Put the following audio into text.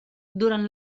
durant